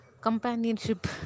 companionship